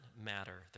matter